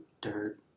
dirt